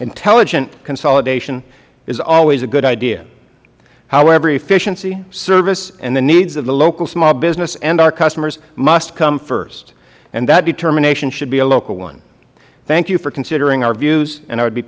intelligent consolidation is also a good idea however efficiency service and the needs of the local small business and our customers must come first and that determination should be a local one thank you for considering our views and i would be